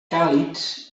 càlids